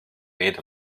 made